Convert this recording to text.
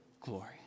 glory